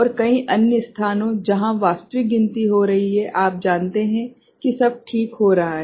और कई अन्य स्थानों जहां वास्तविक गिनती हो रही है आप जानते हैं कि सब ठीक हो रहा है